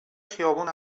خیابون